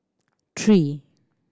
three